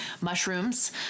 Mushrooms